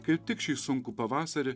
kaip tik šį sunkų pavasarį